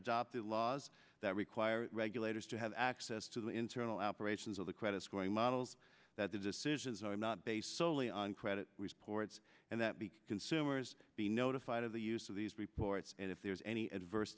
adopted laws that require regulators to have access to the internal operations of the credit scoring models that the decisions are not based soley on credit reports and that big consumers be notified of the use of these reports and if there is any adverse